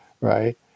right